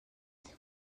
année